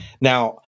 Now